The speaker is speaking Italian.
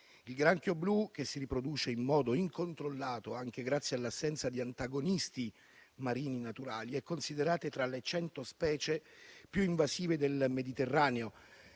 Il granchio blu, che si riproduce in modo incontrollato anche grazie all'assenza di antagonisti marini naturali, è considerato tra le cento specie più invasive del Mediterraneo